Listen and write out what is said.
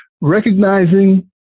recognizing